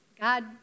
God